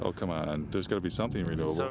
oh, come on. there's got to be something renewable.